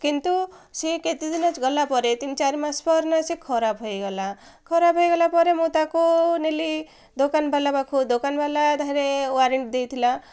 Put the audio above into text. କିନ୍ତୁ ସିଏ କେତେ ଦିନ ଗଲା ପରେ ତିନି ଚାରି ମାସ ପରେ ନା ସେ ଖରାପ ହୋଇଗଲା ଖରାପ ହୋଇଗଲା ପରେ ମୁଁ ତାକୁ ନେଲି ଦୋକାନବାଲା ପାଖକୁ ଦୋକାନବାଲା ସେଥିରେ ୱାରେଣ୍ଟି ଦେଇଥିଲା